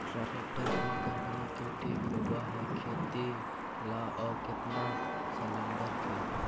Tractor कोन company के ठीक होब है खेती ल औ केतना सलेणडर के?